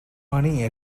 money